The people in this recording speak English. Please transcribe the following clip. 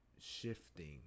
shifting